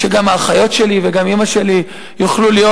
שגם האחיות שלי וגם אמא שלי יוכלו להיות,